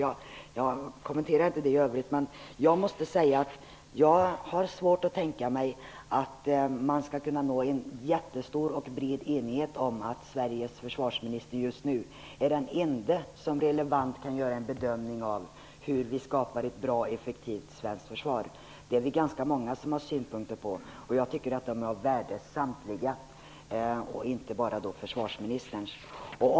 Jag tänker inte kommentera detta i övrigt, men jag måste säga att jag har svårt att tänka mig att man skall kunna nå en bred enighet om att Sveriges försvarsminister just nu är den ende som kan göra en relevant bedömning av hur vi skapar ett bra och effektivt svenskt försvar. Det är ganska många som har synpynkter på den saken. Jag tycker att samtliga dessa synpunkter -- och inte bara försvarsministerns synpunkter -- är av värde.